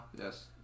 Yes